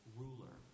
ruler